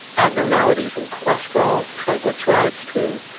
abnormalities in cholesterol, triglycerides too,